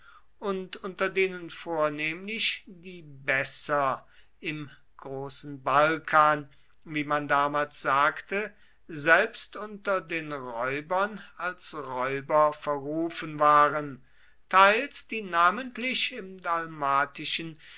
und unter denen vornehmlich die besser im großen balkan wie man damals sagte selbst unter den räubern als räuber verrufen waren teils die namentlich im